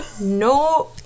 No